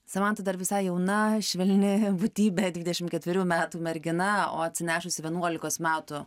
samanta dar visai jauna švelni būtybė dvidešimt ketverių metų mergina o atsinešusi vienuolikos metų